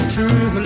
True